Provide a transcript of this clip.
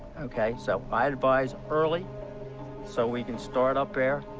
okay? so i'd advise early so we can start up there,